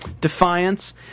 defiance